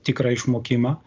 tikrą išmokimą